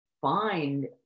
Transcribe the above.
find